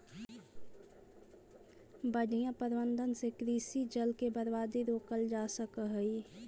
बढ़ियां प्रबंधन से कृषि जल के बर्बादी रोकल जा सकऽ हई